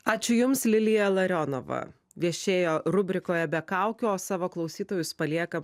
ačiū jums lilija larionova viešėjo rubrikoje be kaukių o savo klausytojus paliekam